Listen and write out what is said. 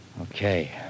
Okay